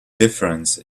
difference